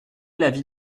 l’avis